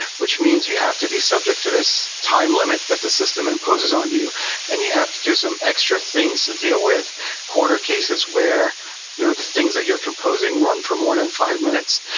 which means you have to be subject to this time limit that the system imposes on you and you have to do some extra things to deal with corner cases where you know the things that you're composing run for more than five minutes.